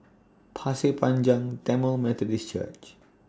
Pasir Panjang Tamil Methodist Church